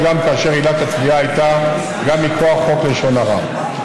גם כאשר עילת התביעה הייתה גם מכוח חוק לשון הרע.